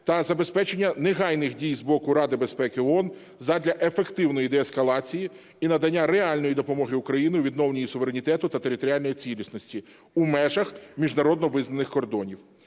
та забезпечення негайних дій з боку Ради безпеки ООН задля ефективної деескалації і надання реальної допомоги Україні у відновленні її суверенітету та територіальної цілісності у межах міжнародно визнаних кордонів.